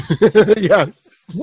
Yes